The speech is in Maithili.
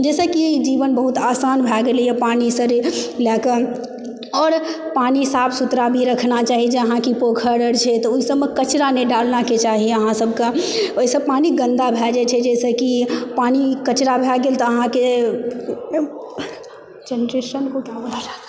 जे से कि जीवन बहुत आसान भए गेलइए पानि लएके आओर पानि साफ सुथरा भी रखना चाही जहाँ कि पोखरि अर छै तऽ ओइ सभमे कचरा नहि डालनाके चाही अहाँ सबके ओइसँ पानि गन्दा भए जाइ छै जे से कि पानि कचरा भए गेल तऽ अहाँके